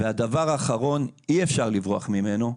והדבר האחרון אי אפשר לברוח ממנו,